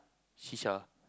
shisha